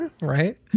right